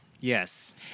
Yes